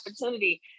opportunity